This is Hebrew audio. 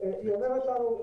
היא אומרת לנו,